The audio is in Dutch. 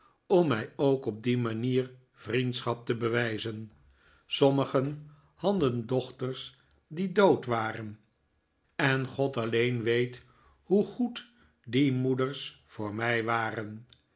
om mij ook op die manier vriendschap te bewijzen sommigen hadden dochters die dood waren en god alleen weet hoe goed die moeders voor mij waren